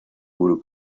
gute